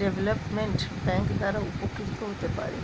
development bank দ্বারা উপকৃত হতে পারেন